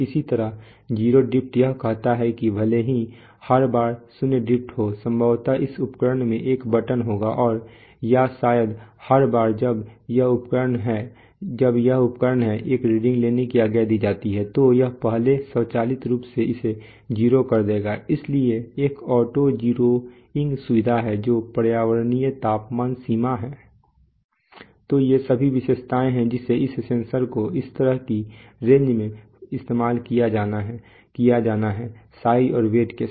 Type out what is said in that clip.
इसी तरह 0 ड्रिफ्ट यह कहता है कि भले ही हर बार शून्य ड्रिफ्ट हो संभवतः इस उपकरण में एक बटन होगा और या शायद हर बार जब यह उपकरण है एक रीडिंग लेने की आज्ञा दी जाती है तो यह पहले स्वचालित रूप से इसे 0 कर देगा इसलिए एक ऑटो ज़ीरोइंग सुविधा है जो पर्यावरणीय तापमान सीमा है तो ये सभी विशेषताएं हैं जिसे इस सेंसर को इस तरह की रेंज में इस्तेमाल किया जाना है साइज और वेट के साथ